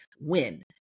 win